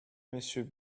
monsieur